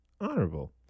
honorable